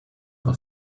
are